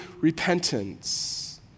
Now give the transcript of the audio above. repentance